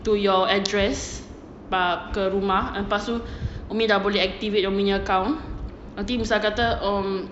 to your address ke rumah lepas tu umi dah boleh activate umi punya account nanti misal kata um